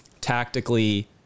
tactically